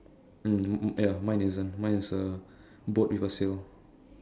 mm ya mine isn't mine is a boat with a sail